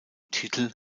titel